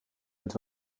het